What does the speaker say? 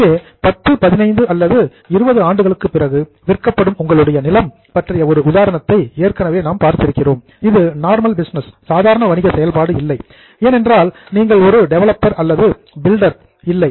எனவே 10 15 அல்லது 20 ஆண்டுகளுக்குப் பிறகு விற்கப்படும் உங்களுடைய நிலம் பற்றிய ஒரு உதாரணத்தை ஏற்கனவே நாம் பார்த்திருக்கிறோம் இது நார்மல் பிஸ்னஸ் சாதாரண வணிக செயல்பாடு இல்லை ஏனென்றால் நீங்கள் ஒரு டெவலப்பர் அல்லது பில்டர் இல்லை